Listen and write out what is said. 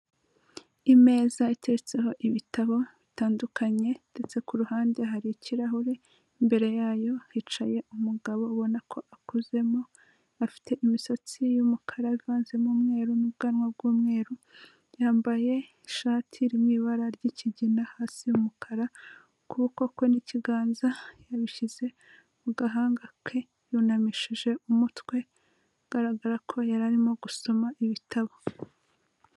Imeza itetseho ibitabo bitandukanye ndetse ku ruhande hari ikirahure imbere yayo hicaye umugabo ubona ko akuzemo afite imisatsi y'umukara ivanzemo umwe n'ubwanwa bw'umweru yambaye ishati iri mu ibara ry'ikigina hasi umukara, ukuboko kwe n'ikiganza yabishyize mu gahanga ke yunamishije umutwe, bigaragara ko yari arimo gusoma ibitabo.